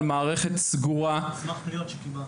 מערכת סגורה --- על סמך פניות שקיבלנו.